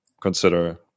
consider